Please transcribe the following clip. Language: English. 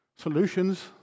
Solutions